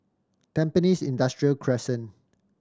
Tampines Industrial Crescent